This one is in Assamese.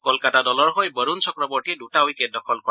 ক'লকাতা দলৰ হৈ বৰুণ চক্ৰবৰ্তীয়ে দুটা উইকেট দখল কৰে